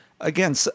Again